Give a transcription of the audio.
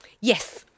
Yes